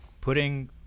putting